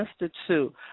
Institute